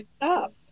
up